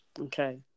Okay